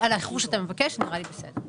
מבקש, על האיחור שאתה מבקש, נראה לי בסדר.